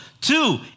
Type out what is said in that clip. Two